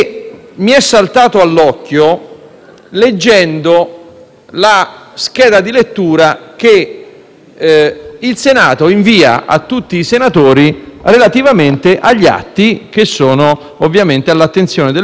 Leggendo la scheda di lettura, che il Senato invia a tutti i senatori relativamente agli atti che sono all'attenzione delle Commissioni e dell'Aula,